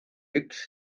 üks